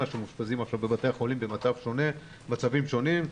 שמאושפזים עכשיו בבתי החולים במצבים שונים,